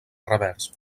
revers